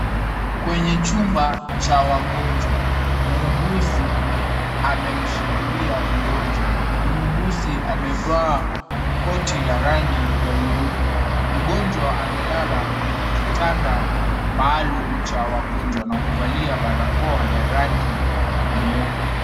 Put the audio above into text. Kwenye chumba cha wagonjwa, muuguzi amemshikilia mgonjwa. Muuguzi amevaa koti la rangi ya nyeupe. Mgonjwa amelala kwenye kitanda maalum cha wagonjwa na kuvalia barakoa ya rangi ya nyeupe.